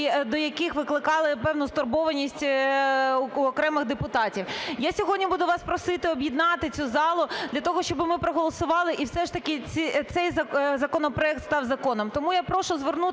до яких викликали певну стурбованість у окремих депутатів. Я сьогодні буду вас просити об'єднати цю залу для того, щоб ми проголосували і все ж таки цей законопроект став законом.